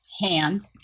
hand